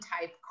type